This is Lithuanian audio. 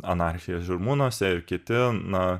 anarchija žirmūnuose ir kiti na